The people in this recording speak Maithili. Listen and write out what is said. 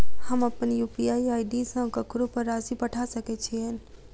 हम अप्पन यु.पी.आई आई.डी सँ ककरो पर राशि पठा सकैत छीयैन?